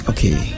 Okay